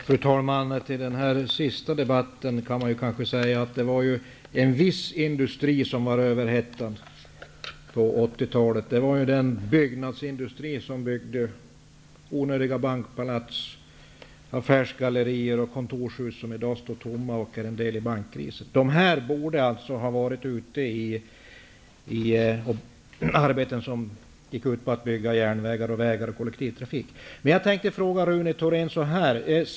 Fru talman! Med anledning av det senaste replikskiftet kanske man kan säga att en viss industri var överhettad på 1980-talet. Det var den byggnadsindustri som byggde onödiga bankpalats, affärsgallerier och kontorshus som i dag står tomma och är en del i bankkrisen. Satsningarna borde i stället ha skett på järnvägar, vägar och kollektivtrafik. Men jag tänkte fråga Rune Thorén en annan sak.